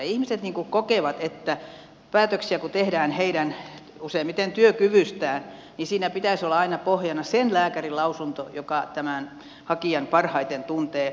ihmiset kokevat että kun päätöksiä tehdään useimmiten heidän työkyvystään niin siinä pitäisi olla aina pohjana sen lääkärin lausunto joka tämän hakijan parhaiten tuntee